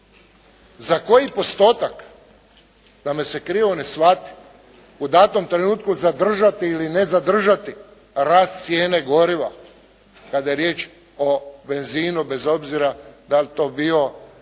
za koji postotak, da me se krivo ne shvati u datom trenutku zadržati ili ne zadržati rast cijene goriva, kada je riječ o benzinu bez obzira da li to bio